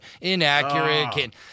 inaccurate